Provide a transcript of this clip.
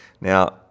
Now